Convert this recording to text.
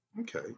okay